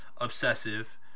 obsessive